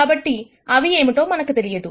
కాబట్టి అవి ఏమిటో మనకు తెలియదు